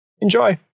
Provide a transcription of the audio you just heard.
Enjoy